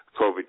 COVID